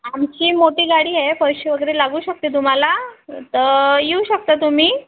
आमची मोठी गाडी आहे पैसे वगैरे लागू शकते तुम्हाला तर येऊ शकता तुम्ही